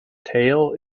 tail